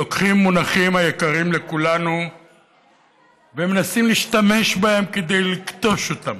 לוקחים מונחים היקרים לכולנו ומנסים להשתמש בהם כדי לכתוש אותם,